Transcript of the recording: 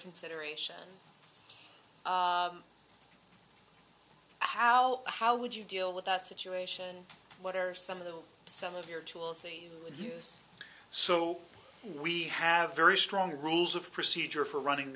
consideration how how would you deal with that situation what are some of the some of your tools they use so we have very strong rules of procedure for running